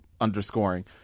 underscoring